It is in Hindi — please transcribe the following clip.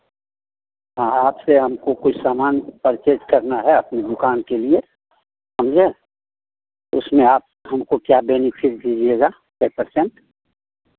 हाँ आपसे हमको कुछ सामान पर्चेज़ करना है अपनी दुकान के लिए समझे उसमें आप हमको क्या बेनिफिट दीजिएगा कै पर्सेंट